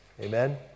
Amen